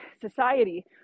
society